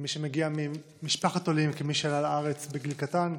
כמי שמגיע ממשפחת עולים, כמי שעלה לארץ בגיל קטן,